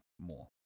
more